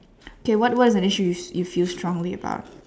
K what was an issue if you feel strongly about